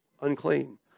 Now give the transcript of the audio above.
unclean